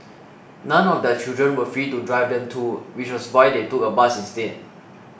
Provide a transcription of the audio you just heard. none of their children were free to drive them too which was why they took a bus instead